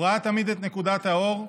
הוא ראה תמיד את נקודת האור,